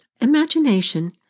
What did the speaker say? Imagination